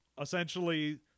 essentially